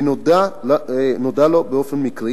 ונודע לו באופן מקרי